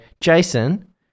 Jason